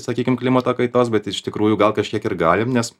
sakykim klimato kaitos bet iš tikrųjų gal kažkiek ir galim nes